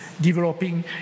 developing